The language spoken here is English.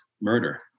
murder